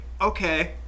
Okay